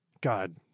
God